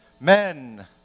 men